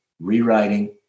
rewriting